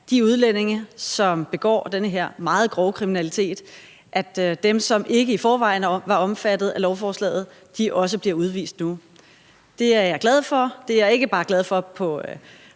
de udlændinge, som begår den her meget grove kriminalitet, at dem, som ikke i forvejen var omfattet af lovforslaget, også bliver udvist nu. Det er jeg glad for, og jeg er ikke bare glad for